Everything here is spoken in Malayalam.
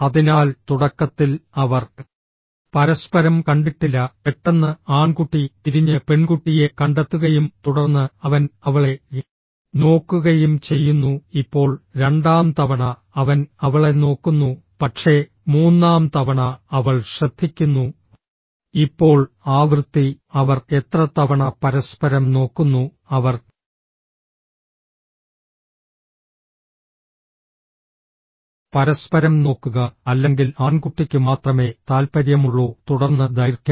അതിനാൽ തുടക്കത്തിൽ അവർ പരസ്പരം കണ്ടിട്ടില്ല പെട്ടെന്ന് ആൺകുട്ടി തിരിഞ്ഞ് പെൺകുട്ടിയെ കണ്ടെത്തുകയും തുടർന്ന് അവൻ അവളെ നോക്കുകയും ചെയ്യുന്നു ഇപ്പോൾ രണ്ടാം തവണ അവൻ അവളെ നോക്കുന്നു പക്ഷേ മൂന്നാം തവണ അവൾ ശ്രദ്ധിക്കുന്നു ഇപ്പോൾ ആവൃത്തി അവർ എത്ര തവണ പരസ്പരം നോക്കുന്നു അവർ പരസ്പരം നോക്കുക അല്ലെങ്കിൽ ആൺകുട്ടിക്ക് മാത്രമേ താൽപ്പര്യമുള്ളൂ തുടർന്ന് ദൈർഘ്യം